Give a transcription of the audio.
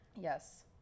Yes